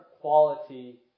quality